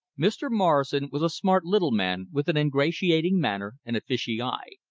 mr. morrison was a smart little man with an ingratiating manner and a fishy eye.